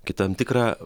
kaip tam tikrą